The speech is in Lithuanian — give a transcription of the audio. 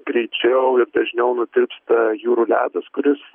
greičiau ir dažniau nutirpsta jūrų ledas kuris